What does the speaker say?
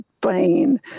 brain